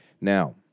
Now